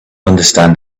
understand